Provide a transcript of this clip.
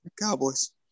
Cowboys